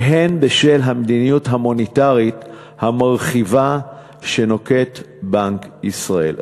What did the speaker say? והן בשל המדיניות המוניטרית המרחיבה שנוקט בנק ישראל.